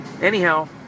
Anyhow